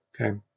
Okay